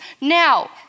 Now